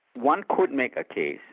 one could make a case,